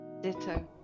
Ditto